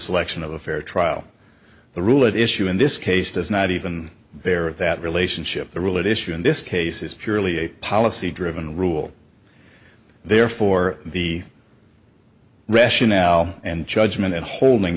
selection of a fair trial the rule at issue in this case does not even bear that relationship the real issue in this case is generally a policy driven rule therefore the rationale and judgment and holding